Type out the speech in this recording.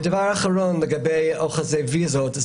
הדבר האחרון הוא לגבי אוחזי ויזות.